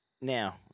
Now